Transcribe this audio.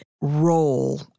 role